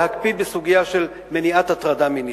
להקפיד בסוגיה של מניעת הטרדה מינית.